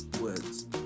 words